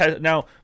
Now